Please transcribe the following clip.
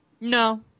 No